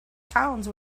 towns